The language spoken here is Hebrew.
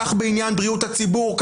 כך בעניין בריאות הציבור,